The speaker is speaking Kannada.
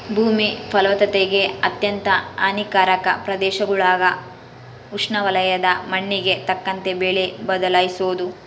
ಭೂಮಿ ಫಲವತ್ತತೆಗೆ ಅತ್ಯಂತ ಹಾನಿಕಾರಕ ಪ್ರದೇಶಗುಳಾಗ ಉಷ್ಣವಲಯದ ಮಣ್ಣಿಗೆ ತಕ್ಕಂತೆ ಬೆಳೆ ಬದಲಿಸೋದು